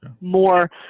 more